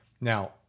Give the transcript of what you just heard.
Now